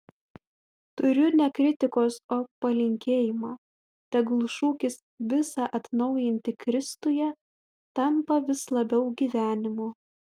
turiu ne kritikos o palinkėjimą tegul šūkis visa atnaujinti kristuje tampa vis labiau gyvenimu